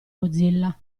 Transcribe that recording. mozilla